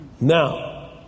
Now